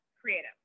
creative